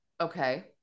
Okay